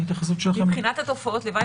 ההתייחסות שלכם היא --- מבחינת תופעות הלוואי,